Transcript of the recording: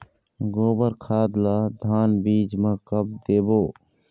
गोबर खाद ला धान बीज म कब देबो?